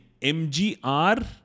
MGR